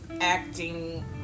acting